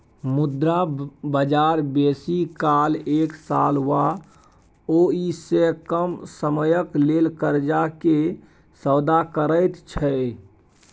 मुद्रा बजार बेसी काल एक साल वा ओइसे कम समयक लेल कर्जा के सौदा करैत छै